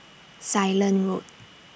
Ceylon Road